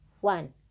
one